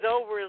over